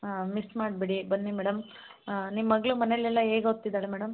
ಹಾಂ ಮಿಸ್ ಮಾಡಬೇಡಿ ಬನ್ನಿ ಮೇಡಮ್ ನಿಮ್ಮ ಮಗಳು ಮನೇಲೆಲ್ಲ ಹೇಗೆ ಓದ್ತಿದ್ದಾಳೆ ಮೇಡಮ್